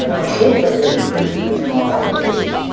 i'm also going to rinse the tomatoes